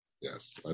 Yes